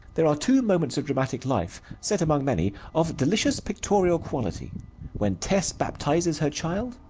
there are two moments of dramatic life set among many of delicious pictorial quality when tess baptizes her child,